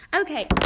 Okay